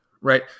right